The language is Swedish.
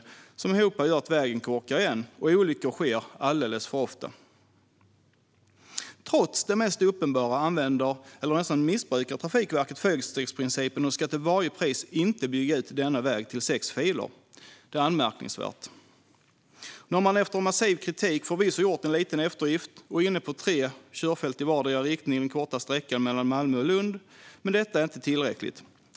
Detta sammantaget gör att vägen korkar igen, och olyckor sker alldeles för ofta. Trots det mest uppenbara använder - nästan missbrukar - Trafikverket fyrstegsprincipen och ska till varje pris inte bygga ut denna väg till sex filer. Det är anmärkningsvärt. Nu har man efter massiv kritik förvisso gjort en liten eftergift och är inne på tre körfält i vardera riktningen vid korta sträckor mellan Malmö och Lund, men detta är inte tillräckligt.